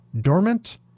dormant